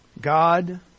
God